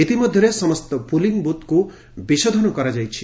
ଇତିମଧ୍ୟରେ ସମସ୍ତ ପୋଲିଂ ବୁଥ୍କୁ ବିଶୋଧନ କରାଯାଇଛି